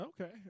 Okay